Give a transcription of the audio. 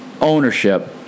ownership